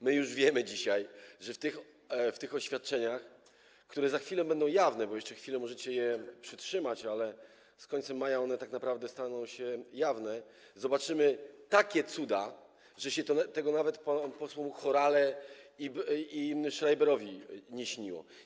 My już wiemy dzisiaj, że w tych oświadczeniach, które za chwilę będą jawne, bo jeszcze chwilę możecie je przytrzymać, ale z końcem maja one tak naprawdę staną się jawne, zobaczymy takie cuda, że się to nawet posłom Horale i Schreiberowi nie śniło.